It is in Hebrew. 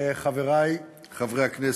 חברי חברי הכנסת,